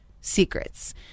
secrets